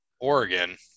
Oregon